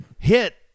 hit